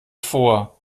vor